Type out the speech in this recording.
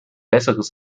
besseres